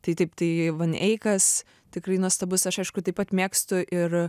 tai taip tai van eikas tikrai nuostabus aš aišku taip pat mėgstu ir